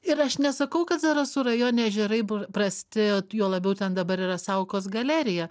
ir aš nesakau kad zarasų rajone ežerai bur prasti juo labiau ten dabar yra saukos galerija